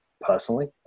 personally